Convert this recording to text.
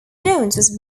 was